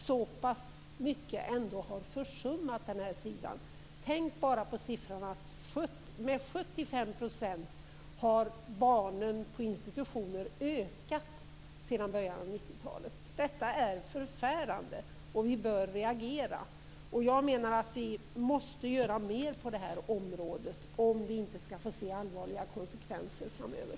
Tänk bara på siffran att andelen barn på institutioner ökat med 75 % sedan början av 90-talet. Detta är förfärande, och vi bör reagera. Vi måste göra mer på det här området om vi inte skall få se allvarliga konsekvenser framöver.